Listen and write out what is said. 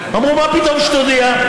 אמרו לי: מה פתאום שתודיע?